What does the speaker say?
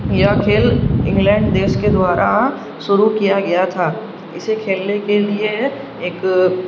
یہ کھیل انگلینڈ دیش کے دوارا شروع کیا گیا تھا اسے کھیلنے کے لیے ایک